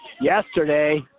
Yesterday